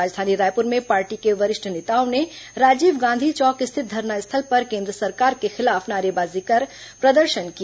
राजधानी रायपुर में पार्टी के वरिष्ठ नेताओं ने राजीव गांधी चौक स्थित धरनास्थल पर केन्द्र सरकार के खिलाफ नारेबाजी कर प्रदर्शन किया